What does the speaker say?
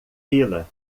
fila